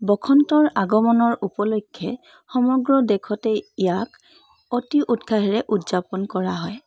বসন্তৰ আগমনৰ উপলক্ষ্যে সমগ্ৰ দেশতেই ইয়াক অতি উৎসাহেৰে উদযাপন কৰা হয়